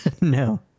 No